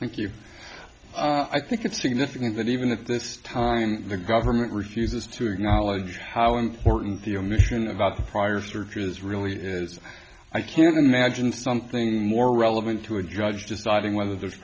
thank you i think it's significant that even at this time the government refuses to acknowledge how important the omission of a prior search is really as i can imagine something more relevant to a judge deciding whether there's